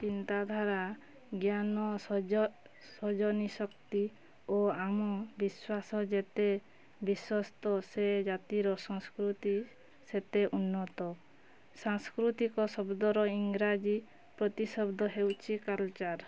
ଚିନ୍ତାଧାରା ଜ୍ଞାନ ସଜ ସଜନୀ ଶକ୍ତି ଓ ଆମ ବିଶ୍ୱାସ ଯେତେ ବିଶ୍ୱସ୍ତ ସେ ଜାତିର ସଂସ୍କୃତି ସେତେ ଉନ୍ନତ ସାଂସ୍କୃତିକ ଶବ୍ଦର ଇଂରାଜୀ ପ୍ରତିଶବ୍ଦ ହେଉଛି କଲଚର୍